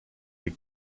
the